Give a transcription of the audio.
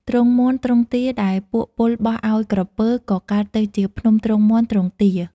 ទ្រុងមាន់ ទ្រុងទា ដែលពួកពលបោះឲ្យក្រពើ ក៏កើតទៅជា ភ្នំទ្រុងមាន់ ទ្រុងទា។